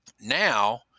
Now